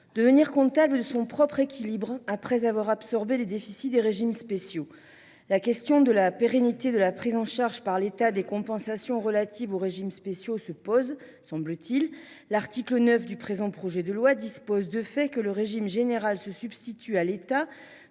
devenir comptable de son propre équilibre, après avoir absorbé les déficits des régimes spéciaux. Il semble en effet que la question de la pérennité de la prise en charge par l’État des compensations relatives aux régimes spéciaux se pose. L’article 9 du présent projet de loi prévoit de fait que le régime général se substitue à l’État